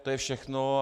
To je všechno.